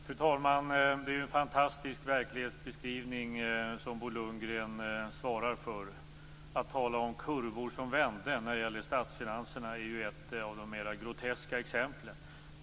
Fru talman! Det är en fantastisk verklighetsbeskrivning som Bo Lundgren svarar för. Att tala om kurvor som vände när det gäller statsfinanserna är ett av de mer groteska exemplen.